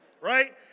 right